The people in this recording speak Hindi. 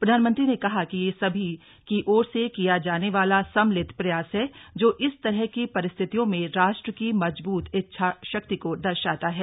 प्रधानमंत्री ने कहा कि यह सभी की ओर से किया जाने वाला सम्मिलित प्रयास है जो इस तरह की परिस्थितियों में राष्ट्र की मजबूत इच्छाशक्ति को दर्शाता है